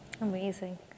Amazing